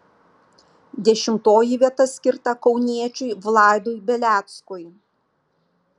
dešimtoji vieta skirta kauniečiui vladui beleckui